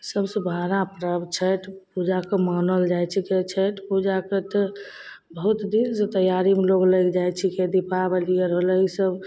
सबसे बड़ा परब छठि पूजाके मानल जाइ छिकै छठि पूजाके तऽ बहुत दिनसे तैआरीमे लोक लागि जाइ छिकै दीपावली आर होलै ईसब